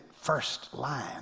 first-line